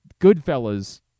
Goodfellas